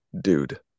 dude